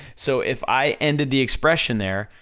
so if i ended the expression there,